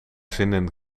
zinnen